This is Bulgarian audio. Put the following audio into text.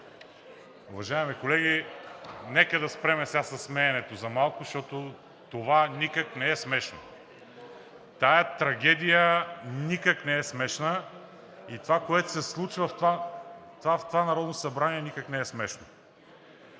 Уважаеми колеги, нека да спрем сега със смеенето за малко, защото това никак не е смешно. Тази трагедия никак не е смешна и това, което се случва в това Народно събрание, никак не е смешно.